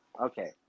okay